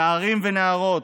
נערים ונערות,